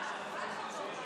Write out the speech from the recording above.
עומדות בתוך המכסות.